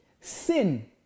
Sin